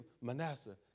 Manasseh